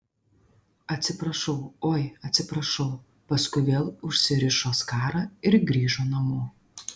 atsiprašau oi atsiprašau paskui vėl užsirišo skarą ir grįžo namo